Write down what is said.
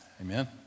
Amen